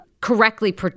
correctly